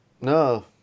No